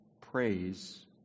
praise